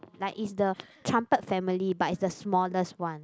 like is the trumpet family but is the smallest one